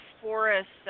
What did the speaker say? forests